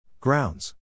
Grounds